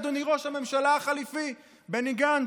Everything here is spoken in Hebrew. אדוני ראש הממשלה החליפי בני גנץ?